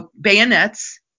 bayonets